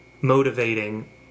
motivating